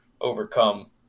overcome